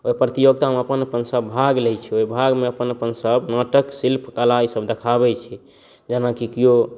ओहि प्रतियोगितामे सब अपन अपन भाग लै छै ओहि भागमे अपन अपन सब नाटक शिल्प कला ई सब देखाबै छै जेनाकि किओ